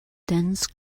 dense